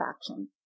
action